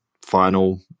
final